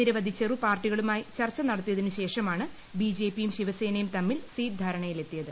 നിരവധി ചെറുപാർട്ടികളുമായി ചർച്ച നടത്തിയതിനു ശേഷമാണ് ബിജെപിയും ശിവസേനയും തമ്മിൽ സീറ്റ് ധാരണയിലെത്തിയത്